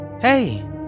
Hey